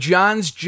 John's